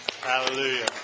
Hallelujah